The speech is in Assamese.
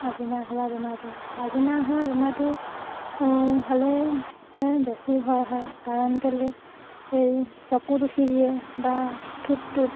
আচিনা হোৱা বেমাৰটো আচিনা হোৱা বেমাৰটো হ'লেহে বেছি ভয় হয় কাৰণ কেলেই এই চকুত উঠি দিয়ে বা ঠোঁটটোত